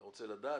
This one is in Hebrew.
אתה רוצה לדעת,